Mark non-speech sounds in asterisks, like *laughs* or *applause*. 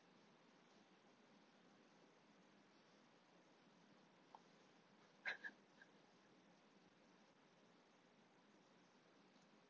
*laughs*